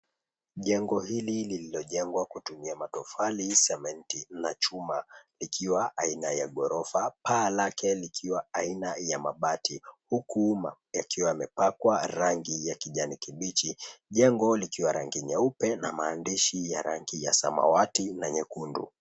Jengo hili lililojengwa kutumia matofali, sementi na chuma. Likiwa aina ya ghorofa, paa lake likiwa aina ya mabati. Huku yakiwa yamepakwa rangi ya kijani kibichi. Jengo likiwa rangi nyeupe na maandishi ya rangi ya samawati na nyekundu.